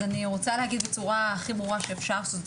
אז אני רוצה להגיד בצורה הכי ברורה שאפשר שזאת